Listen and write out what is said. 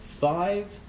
five